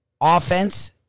offense